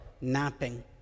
napping